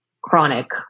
chronic